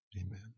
amen